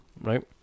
right